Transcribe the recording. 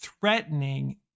threatening